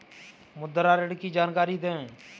मुद्रा ऋण की जानकारी दें?